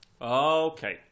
okay